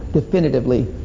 definitively.